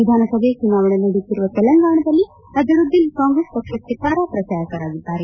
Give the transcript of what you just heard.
ವಿಧಾನಸಭೆ ಚುನಾವಣೆ ನಡೆಯುತ್ತಿರುವ ತೆಲಂಗಾಣದಲ್ಲಿ ಅಜರುದ್ವೀನ್ ಕಾಂಗ್ರೆಸ್ ಪಕ್ಷಕ್ಕೆ ತಾರಾ ಪ್ರಚಾರಕರಾಗಿದ್ದಾರೆ